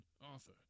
Arthur